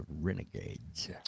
Renegades